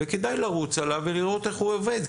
וכדאי לרוץ עליו ולראות איך הוא עובד,